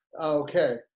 okay